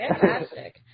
fantastic